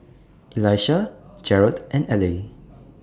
Elisha Jerad and Ellie